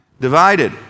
divided